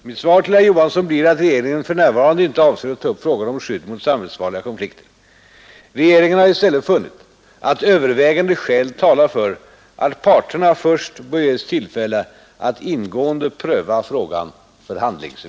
Mitt svar till herr Johansson blir att regeringen för närvarande inte avser att ta upp frågan om skydd mot samhällsfarliga konflikter. Regeringen har i stället funnit att övervägande skäl talar för att parterna först bör ges tillfälle att ingående pröva frågan förhandlingsvägen.